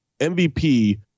MVP